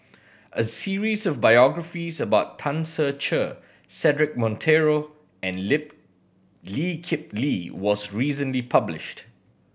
a series of biographies about Tan Ser Cher Cedric Monteiro and Lip Lee Kip Lee was recently published